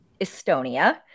estonia